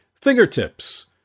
Fingertips